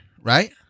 right